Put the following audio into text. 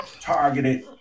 targeted